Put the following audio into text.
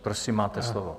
Prosím, máte slovo.